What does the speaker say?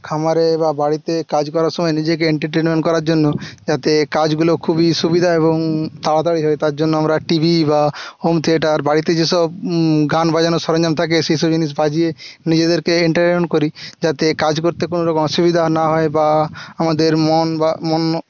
খামারে বা বাড়িতে কাজ করার সময় নিজেকে এন্টারটেনমেন্ট করার জন্য যাতে কাজগুলো খুবই সুবিধা এবং তাড়াতাড়ি হয় তার জন্য আমরা টিভি বা হোম থিয়েটার বাড়িতে যে সব গান বাজানোর সরঞ্জাম থাকে সেই সব জিনিস বাজিয়ে নিজেদেরকে এন্টারটেনমেন্ট করি যাতে কাজ করতে কোনো রকম অসুবিধা না হয় বা আমাদের মন বা